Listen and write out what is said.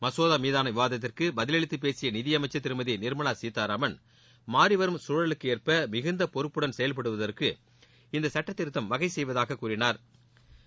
மசோதா மீதான விவாதத்திற்கு பதில் அளித்து பேசிய நிதியமைச்சர் திருமதி நிர்மலா சீதாராமன் மாறிவரும் சூழலுக்கு ஏற்ப மிகுந்த பொறப்புடன் செயல்படுவதற்கு இந்த சுட்ட திருத்தம் வகை செய்வதாக கூறினாா்